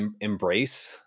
embrace